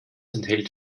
enthält